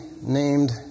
named